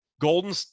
Golden –